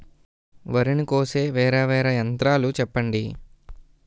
వరి ని కోసే వేరా వేరా యంత్రాలు చెప్పండి?